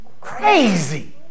crazy